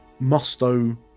Musto